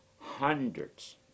hundreds